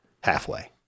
halfway